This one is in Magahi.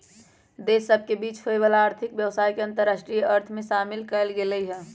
देश सभ के बीच होय वला आर्थिक व्यवसाय के अंतरराष्ट्रीय अर्थ में शामिल कएल गेल हइ